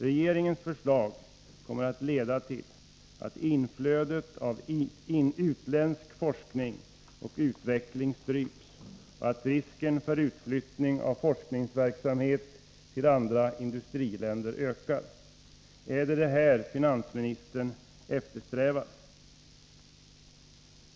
Regeringens förslag kommer att leda till att inflödet av utländsk forskning och utveckling stryps och att risken för utflyttning av forskningsverksamhet till andra industriländer ökar. Är det detta finansministern eftersträvar?